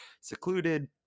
secluded